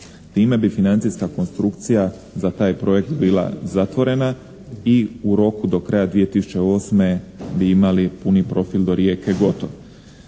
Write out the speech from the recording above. Time bi financijska konstrukcija za taj projekt bila zatvorena i u roku do kraja 2008. bi imali puni profil do Rijeke gotov.